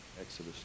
Exodus